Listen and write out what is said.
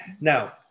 Now